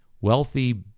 wealthy